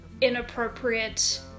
inappropriate